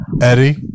Eddie